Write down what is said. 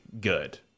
good